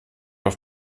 auf